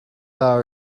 our